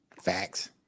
Facts